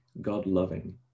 God-loving